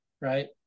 Right